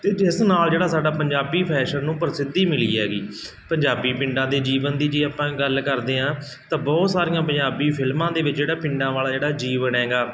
ਅਤੇ ਜਿਸ ਨਾਲ ਜਿਹੜਾ ਸਾਡਾ ਪੰਜਾਬੀ ਫੈਸ਼ਨ ਨੂੰ ਪ੍ਰਸਿੱਧੀ ਮਿਲੀ ਹੈਗੀ ਪੰਜਾਬੀ ਪਿੰਡਾਂ ਦੇ ਜੀਵਨ ਦੀ ਜੇ ਆਪਾਂ ਗੱਲ ਕਰਦੇ ਹਾਂ ਤਾਂ ਬਹੁਤ ਸਾਰੀਆਂ ਪੰਜਾਬੀ ਫਿਲਮਾਂ ਦੇ ਵਿੱਚ ਜਿਹੜਾ ਪਿੰਡਾਂ ਵਾਲਾ ਜਿਹੜਾ ਜੀਵਨ ਹੈਗਾ